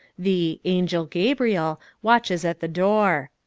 the angel gabriel watches at the door.